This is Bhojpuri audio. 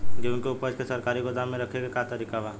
गेहूँ के ऊपज के सरकारी गोदाम मे रखे के का तरीका बा?